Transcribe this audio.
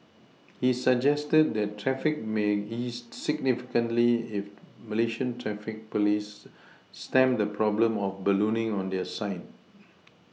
he suggested that traffic may ease significantly if Malaysian traffic police stemmed the problem of ballooning on their side